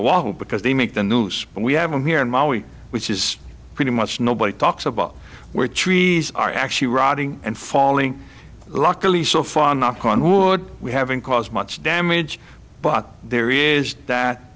awhile because they make the news but we have them here in my way which is pretty much nobody talks about where trees are actually rotting and falling luckily so far knock on wood we haven't caused much damage but there is that